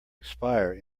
expire